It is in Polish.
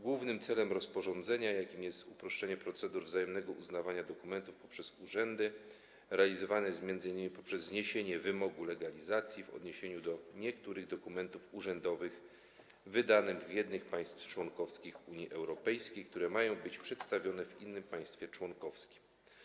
Główny cel rozporządzenia, jakim jest uproszczenie procedur wzajemnego uznawania dokumentów przez urzędy, realizowany jest m.in. poprzez zniesienie wymogu legalizacji w odniesieniu do niektórych dokumentów urzędowych wydanych w jednym państwie członkowskim Unii Europejskiej, które mają być przedstawione w innym państwie członkowskim.